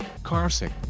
Carsick